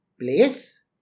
place